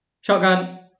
Shotgun